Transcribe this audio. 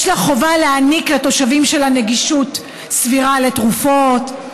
יש לה חובה להעניק לתושבים שלה גישה סבירה לתרופות,